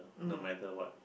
no matter what